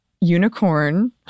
unicorn